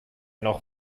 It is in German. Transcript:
noch